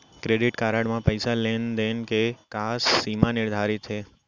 Credit card म पइसा लेन देन के का सीमा निर्धारित हे?